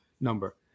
number